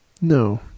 No